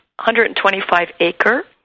125-acre